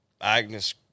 Agnes